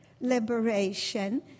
liberation